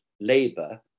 labor